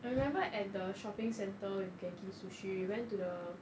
I remember at the shopping centre with Genki Sushi we went to the